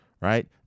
Right